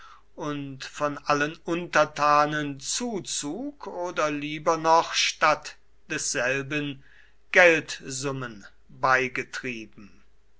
und von allen untertanen zuzug oder lieber noch statt desselben geldsummen beigetrieben